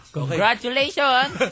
Congratulations